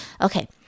Okay